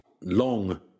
Long